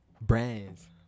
brands